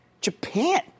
Japan